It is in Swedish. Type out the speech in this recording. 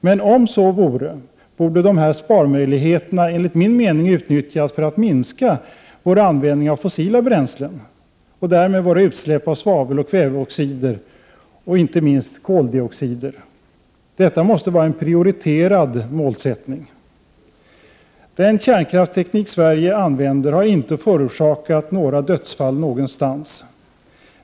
Men om så vore, borde dessa sparmöjligheter enligt min mening utnyttjas för att minska vår användning av fossila bränslen och därmed våra utsläpp av svaveloch kväveoxider och inte minst koldioxid. Detta måste vara en prioriterad målsättning. Den kärnkraftsteknik som Sverige använder har inte förorsakat några dödsfall någonstans.